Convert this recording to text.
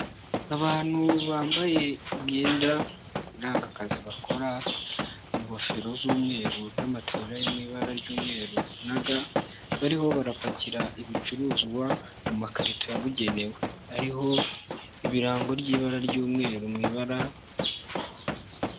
Abantu bambaye imyenda iranga akazi bakora, ingofero z'umweru n'amatayoja yo mu ibara ry'umweru naga, bariho barapakira ibicuruzwa mu makarito yabugenewe, ariho ibirango ry'ibara ry'umweru mu ibara.